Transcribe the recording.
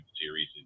series